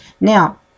Now